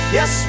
Yes